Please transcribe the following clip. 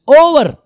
over